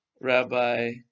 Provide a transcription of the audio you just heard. Rabbi